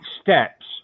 steps